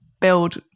build